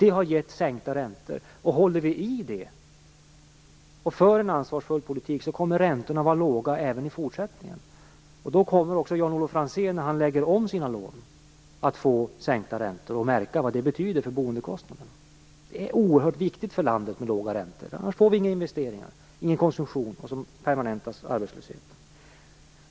Det har gett sänkta räntor. Håller vi fast vid det och för en ansvarsfull politik, kommer räntorna att vara låga även i fortsättningen. Då kommer också Jan-Olof Franzén, när han lägger om sina lån, att få sänkta räntor, och då kommer han att märka vad det betyder för boendekostnaden. Det är oerhört viktigt för landet med låga räntor. Har vi inte låga räntor får vi inga investeringar och ingen konsumtion, och då permanentas arbetslösheten.